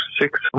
six